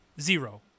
Zero